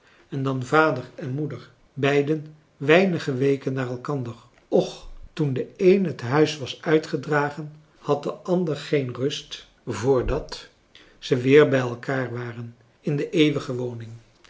en dan vader en moeder beiden weinige weken na elkander och toen de een het huis was uitgedragen had de ander geen rust françois haverschmidt familie en kennissen voordat ze weer bij elkaar waren in de eeuwige woning